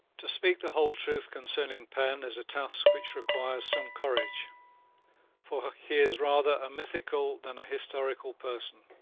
to speak the whole truth concerning penn is a task which requires some courage for he is rather a mythical than a historical person.